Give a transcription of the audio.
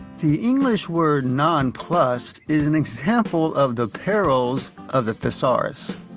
the english word nonplussed is an example of the perils of the thesaurus.